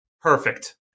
perfect